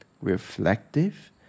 reflective